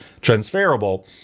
transferable